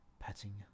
Patting